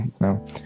no